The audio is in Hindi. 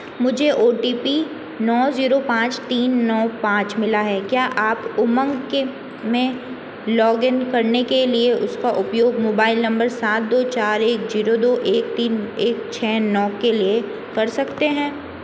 मुझे ओ टी पी नौ ज़ीरो पाँच तीन नौ पाँच मिला है क्या आप उमंग के में लॉग इन करने के लिए उसका उपयोग मोबाइल नंबर सात दो चार एक जीरो दो एक तीन एक छ नौ के लिए कर सकते हैं